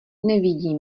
nevidí